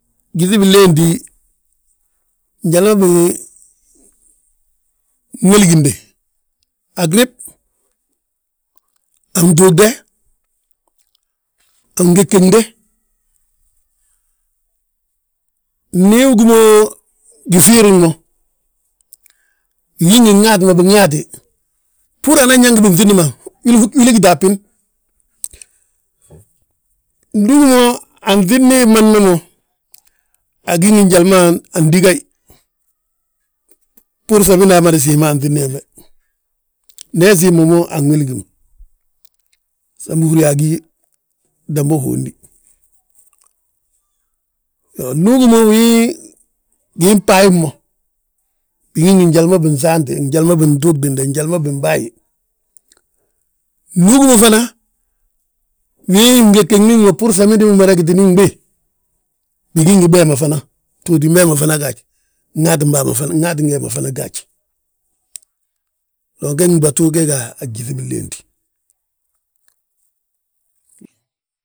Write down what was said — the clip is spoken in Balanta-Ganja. Gyíŧi binléenti njali ma binwélinginte, a grib, a ftuugde, a fngegende. Ndi wi gí mo gifiirig mo, bigí ngi nŋaati ma binŋaati, bbúri anan nyaa nga anŧidni ma wili gita a bbin. ndu ugí mo anŧidni madama mo, agi ngi nyali ma andígayi, bbúru samindi amada siimi anŧidni hembe. Ndi he siim ma mo anwéligi ma, sam bihúri yaa agí damba uhondi. Iyoo ndu ugi mo wii bbaayi mo bigi ngi njali ma bintuugdinde, njali ma binbaayi. Ndu wi gí mo fana, wii ngegegini mo bbúr samindi bimada gitini gbii, bigi ngi bee ma fana, btooti bee ma fana gaaj. Nŋaati wee ma fana gaaj, ge gdúbatu ge ga a gyíŧi binleeti.